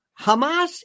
Hamas